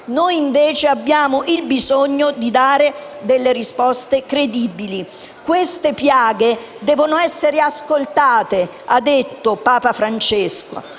Noi abbiamo il dovere di dare delle risposte credibili. «Queste piaghe devono essere ascoltate», ha detto Papa Francesco.